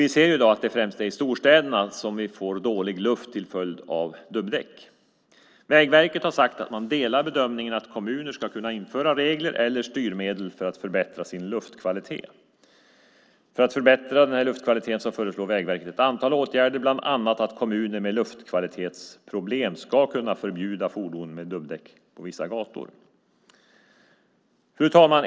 Vi ser i dag att det främst är i storstäderna som vi får dålig luft till följd av dubbdäck. Vägverket har sagt att man delar bedömningen att kommuner ska kunna införa regler eller styrmedel för att förbättra sin luftkvalitet. För att förbättra luftkvaliteten föreslår Vägverket ett antal åtgärder, bland annat att kommuner med luftkvalitetsproblem ska kunna förbjuda fordon med dubbdäck på vissa gator. Fru talman!